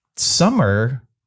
Summer